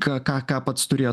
ką ką ką pats turėjo